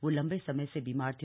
वह लंबे समय से बीमार थे